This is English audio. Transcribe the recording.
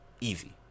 easy